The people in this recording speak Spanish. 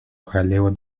jaleo